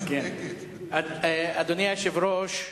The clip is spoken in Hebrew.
אדוני היושב-ראש,